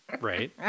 Right